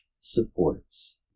supports